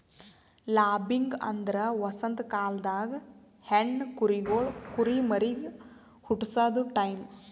lambing ಅಂದ್ರ ವಸಂತ ಕಾಲ್ದಾಗ ಹೆಣ್ಣ ಕುರಿಗೊಳ್ ಕುರಿಮರಿಗ್ ಹುಟಸದು ಟೈಂ